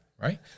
right